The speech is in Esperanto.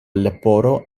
leporo